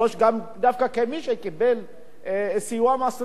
דווקא כמי שקיבל סיוע מהסטודנטים,